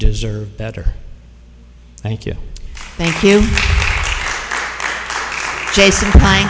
deserve better thank you thank you